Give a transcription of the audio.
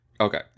Okay